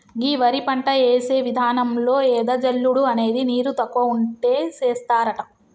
గీ వరి పంట యేసే విధానంలో ఎద జల్లుడు అనేది నీరు తక్కువ ఉంటే సేస్తారట